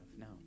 no